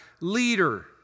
leader